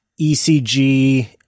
ecg